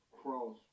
cross